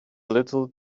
little